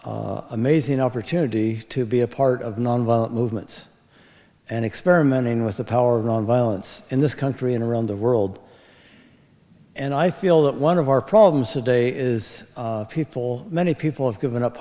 the amazing opportunity to be a part of nonviolent movements and experimenting with the power on violence in this country and around the world and i feel that one of our problems today is people many people have given up